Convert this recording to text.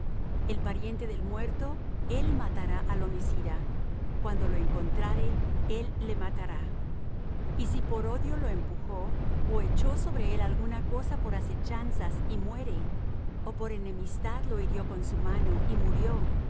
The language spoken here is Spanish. le matará y si por odio lo empujó ó echó sobre él alguna cosa por asechanzas y muere o por enemistad lo hirió con su mano y murió